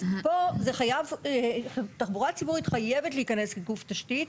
אז פה התחבורה הציבורית חייבת להיכנס כגוף תשתית,